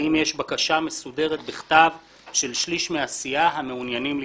האם יש בקשה מסודרת בכתב של שליש מהסיעה המעוניינים להתפלג.